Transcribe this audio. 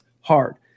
hard